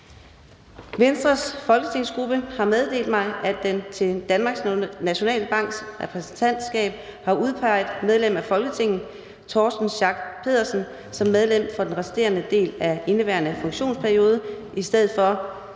Venstres folketingsgruppe har meddelt mig, at den til Danmarks Nationalbanks Repræsentantskab har udpeget medlem af Folketinget Torsten Schack Pedersen som medlem for den resterende del af indeværende funktionsperiode i stedet for